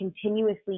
continuously